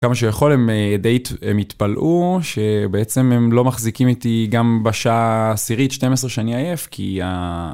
כמה שיכול, הם די התפלאו, שבעצם הם לא מחזיקים איתי גם בשעה העשירית 12 שאני עייף, כי ה...